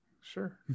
sure